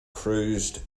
cruised